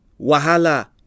wahala